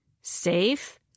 Safe